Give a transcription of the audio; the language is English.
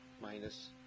minus